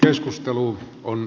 tämä on